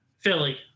Philly